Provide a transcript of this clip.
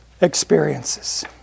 Experiences